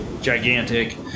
gigantic